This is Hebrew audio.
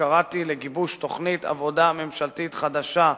וקראתי לגיבוש תוכנית עבודה ממשלתית חדשה,